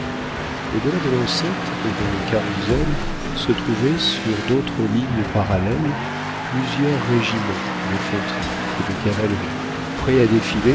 delà de l'enceinte et dans le carrousel se trouvaient sur d'autres lignes parallèles plusieurs régiments d'infanterie et de cavalerie prêts à